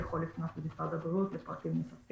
הוא יכול לפנות למשרד הבריאות לקבלת פרטים נוספים,